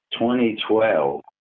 2012